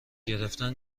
گرفتن